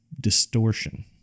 distortion